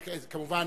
כמובן,